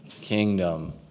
kingdom